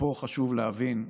ופה חשוב להבין,